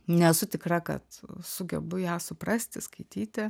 nesu tikra kad sugebu ją suprasti skaityti